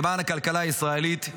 למען הכלכלה הישראלית.